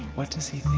what does he think